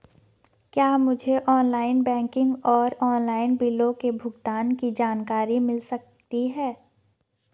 क्या मुझे online banking और ऑनलाइन बिलों के भुगतान की जानकारी मिल सकता है?